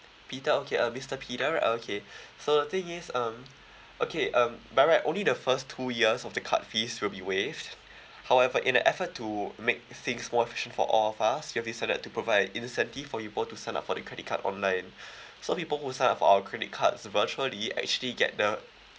peter okay uh mister peter okay so the thing is um okay um by right only the first two years of the card fees will be waived however in the effort to make things more efficient for all of us we have decided to provide an incentive for you both to sign up for the credit card online so people who sign up for our credit cards virtually actually get the